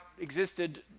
existed